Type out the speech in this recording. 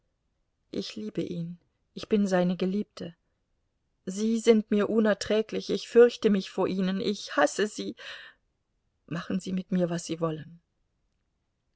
ich liebe ihn ich bin seine geliebte sie sind mir unerträglich ich fürchte mich vor ihnen ich hasse sie machen sie mit mir was sie wollen